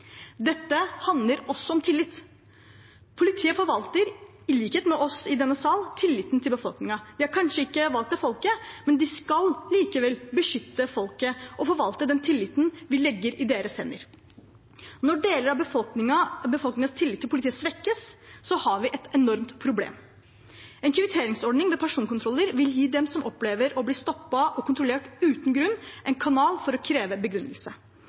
Dette handler også om tillit. Politiet forvalter, i likhet med oss i denne salen, tilliten til befolkningen. De er kanskje ikke valgt av folket, men de skal likevel beskytte folket og forvalte den tilliten vi legger i deres hender. Når deler av befolkningens tillit til politiet svekkes, har vi et enormt problem. En kvitteringsordning ved personkontroller vil gi dem som opplever å bli stoppet og kontrollert uten grunn, en kanal for å kreve begrunnelse.